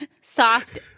soft